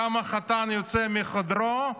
גם החתן יוצא מחדרו,